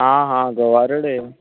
आं हां गोवारेडे